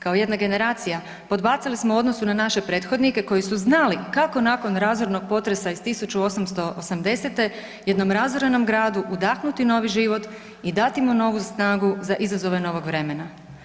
Kao jedna generacija, podbacili smo u odnosu na naše prethodnike koji su znali kako nakon razornog potresa iz 1880. jednog razorenom gradu udahnuti novi život i dati mu novu snagu za izazove novog vremena.